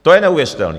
To je neuvěřitelné!